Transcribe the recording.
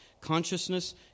consciousness